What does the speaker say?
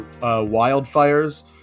wildfires